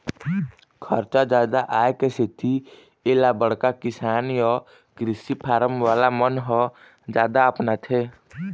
खरचा जादा आए के सेती एला बड़का किसान य कृषि फारम वाला मन ह जादा अपनाथे